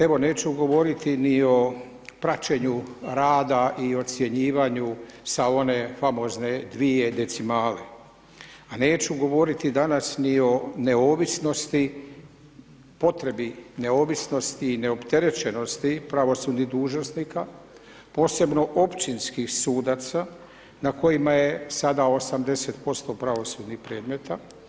Evo neću govoriti ni o praćenju rada i ocjenjivanju sa one famozne dvije decimale, a neću govoriti danas ni o neovisnosti, potrebi neovisnosti i neopterećenosti pravosudnih dužnosnika posebno općinskih sudaca na kojima je sada 80% pravosudnih predmeta.